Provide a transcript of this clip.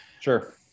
sure